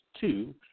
two